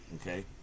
Okay